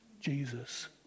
Jesus